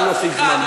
אני אוסיף זמן,